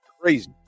Crazy